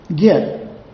get